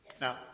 Now